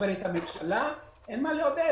אבל את הממשלה אין מה לעודד,